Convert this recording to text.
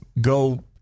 go